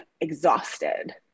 exhausted